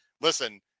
listen